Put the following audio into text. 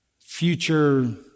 future